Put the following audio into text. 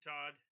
Todd